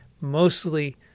mostly